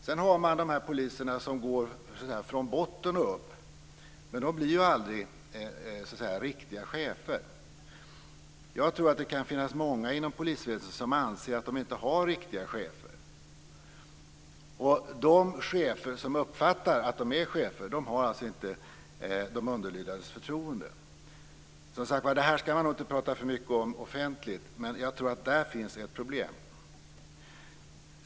Sedan har vi de poliser som går från botten och upp, men dessa blir aldrig "riktiga" chefer. Jag tror att det kan finnas många inom polisväsendet som anser att de inte har riktiga chefer. De chefer som uppfattar att de är chefer har alltså inte de underlydandes förtroende. Det här skall man nog inte prata för mycket om offentligt, men jag tror att det där finns ett problem.